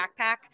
backpack